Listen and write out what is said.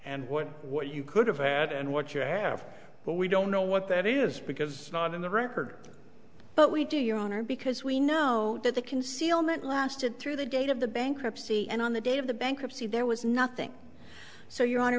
and what what you could have had and what you have but we don't know what that is because not in the record but we do your honor because we know that the concealment lasted through the date of the bankruptcy and on the day of the bankruptcy there was nothing so your hon